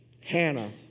Hannah